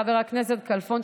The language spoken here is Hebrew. חבר הכנסת כלפון,